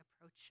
approach